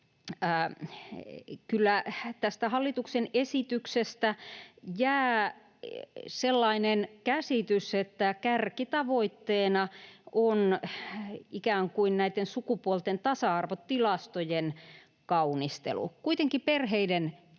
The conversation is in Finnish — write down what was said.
kyllä tästä hallituksen esityksestä jää sellainen käsitys, että kärkitavoitteena on ikään kuin näitten sukupuolten tasa-arvotilastojen kaunistelu. Kuitenkin perheiden tilanteet